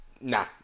nah